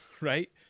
right